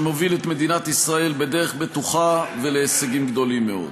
שמוביל את מדינת ישראל בדרך בטוחה ולהישגים גדולים מאוד.